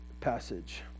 passage